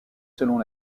selon